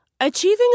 Achieving